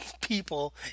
people